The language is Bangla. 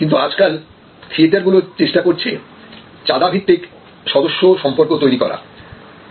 কিন্তু আজ কাল থিয়েটার গুলো চেষ্টা করছে চাঁদা ভিত্তিক সদস্য সম্পর্ক তৈরি করা